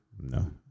No